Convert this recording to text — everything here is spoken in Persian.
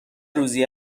روزی